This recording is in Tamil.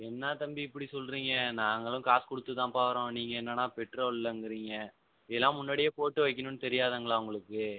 என்ன தம்பி இப்படி சொல்றிங்க நாங்களும் காசு கொடுத்துதான்பா வரோம் நீங்கள் என்னன்னா பெட்ரோல் இல்லைங்குறீங்க இதெலாம் முன்னாடியே போட்டு வைக்கணும்னு தெரியாதுங்களா உங்களுக்கு